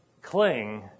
cling